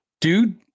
Dude